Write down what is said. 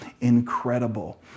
incredible